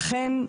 אכן,